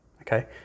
okay